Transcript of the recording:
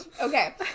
Okay